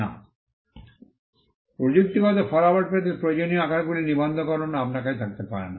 2 প্রযুক্তিগত ফলাফল পেতে প্রয়োজনীয় আকারগুলির নিবন্ধকরণ আপনার কাছে থাকতে পারে না